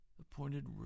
appointed